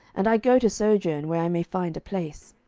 and i go to sojourn where i may find a place.